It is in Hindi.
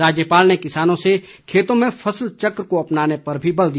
राज्यपाल ने किसानों से खेतों में फसल चक्र को अपनाने पर भी बल दिया